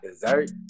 dessert